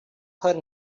heard